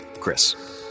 Chris